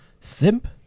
Simp